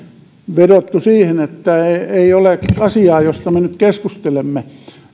vedottu siihen että ei ole asiaa josta me nyt keskustelemme